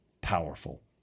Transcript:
powerful